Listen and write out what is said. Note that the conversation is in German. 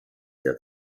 der